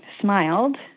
smiled